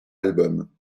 albums